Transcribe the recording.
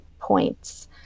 points